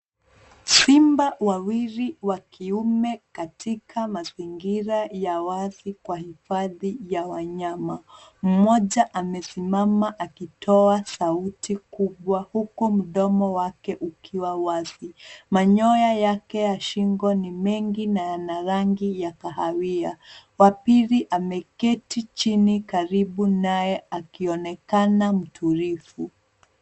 Simba wawili wa kiume katika mazingira ya wazi kwa hifadhi ya wanyama. Mmoja amesimama akitoa sauti kubwa huku mdomo wake ukiwa wazi. Manyoya yake ya shingo ni mengi na yana rangi ya kahawia wa pili ameketi chini karibu naye aki onekana mtulivu.